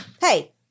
Hey